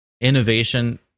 innovation